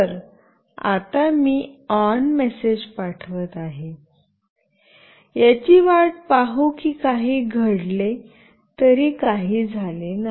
तर आता मी ऑन मेसेज पाठवित आहे याची वाट पाहू कि काही घडले तरी काही झाले नाही